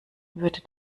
würde